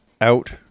out